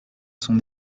son